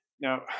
Now